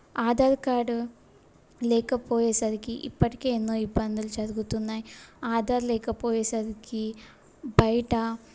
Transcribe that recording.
Aadhaar card లేకపోయేసరికి ఇప్పటికే ఎన్నో ఇబ్బందులు జరుగుతున్నాయి ఆధార్ లేకపోయేసరికి బయట